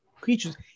creatures